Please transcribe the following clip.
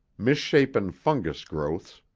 misshapen fungus growths,